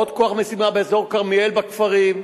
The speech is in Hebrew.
עוד כוח משימה באזור כרמיאל בכפרים,